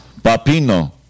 Papino